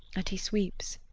and he sweeps.